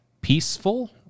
peaceful